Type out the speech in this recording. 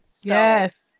Yes